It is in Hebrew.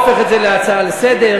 בסדר, אני לא הופך את זה להצעה לסדר-היום.